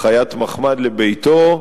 חיית מחמד לביתו,